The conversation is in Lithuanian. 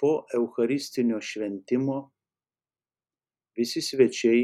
po eucharistinio šventimo visi svečiai